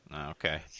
Okay